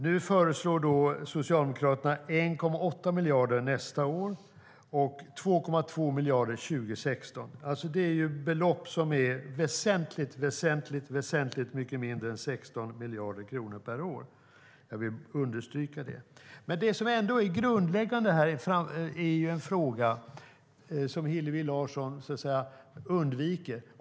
Nu föreslår Socialdemokraterna 1,8 miljarder nästa år och 2,2 miljarder 2016. Det är belopp som är väsentligt mycket mindre än 16 miljarder kronor per år. Jag vill understryka det. Men det som är grundläggande här är en fråga som Hillevi Larsson undviker.